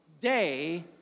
day